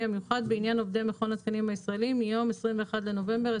המיוחד בעניין עובדי מכון התקנים הישראלי מיום 21.11.2017."